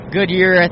Goodyear